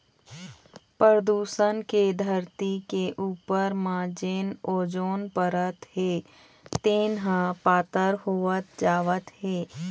परदूसन के धरती के उपर म जेन ओजोन परत हे तेन ह पातर होवत जावत हे